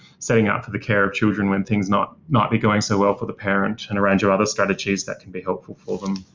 setting up for the care of children when things might not be going so well for the parent, and a range of other strategies that can be helpful for them.